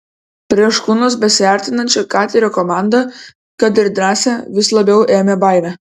prie škunos besiartinančią katerio komandą kad ir drąsią vis labiau ėmė baimė